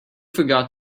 forgot